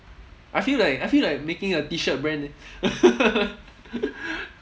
I feel like I feel like making a T-shirt brand eh